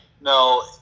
No